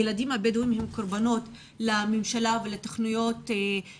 הילדים הבדואים הם קורבנות לממשלה ולפוליטיקה